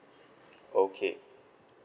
okay